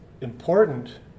important